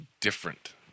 different